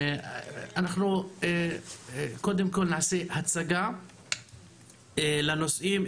אנחנו קודם כל נעשה הצגה לנושאים,